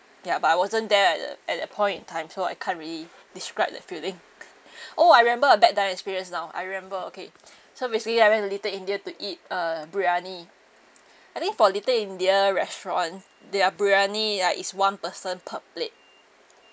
ya but I wasn't there at the at that point in time so I can't really describe that feeling oh I remember a bad dining experience now I remember okay so basically I went to little india to eat uh briyani I think for little india restaurant their briyani like it's one person per plate